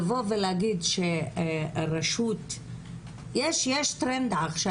לבוא ולהגיד שהרשות - יש טרנד עכשיו.